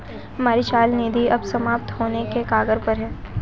हमारी चल निधि अब समाप्त होने के कगार पर है